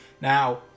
Now